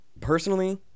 personally